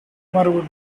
would